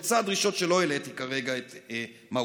לצד דרישות שלא העליתי כרגע את מהותן,